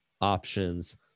options